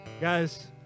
guys